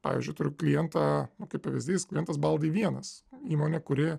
pavyzdžiui turiu klientą kaip pavyzdys klientas baldai vienas įmonę kuri